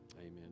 amen